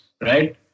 Right